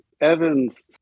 Evan's